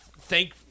thank